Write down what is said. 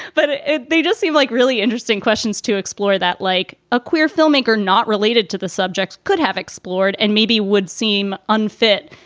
but they just seem like really interesting questions to explore that like a queer filmmaker not related to the subjects could have explored and maybe would seem unfit,